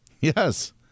yes